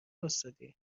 واستادی